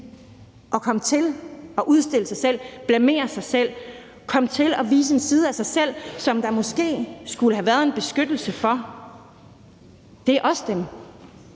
at komme til at udstille sig selv, blamere sig selv, komme til at vise en side af sig selv, der måske skulle have været en beskyttelse af, er også dem.